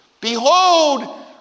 Behold